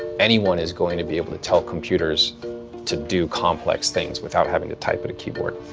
anyone is going to be able to tell computers to do complex things without having to type at a keyboard.